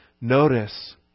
Notice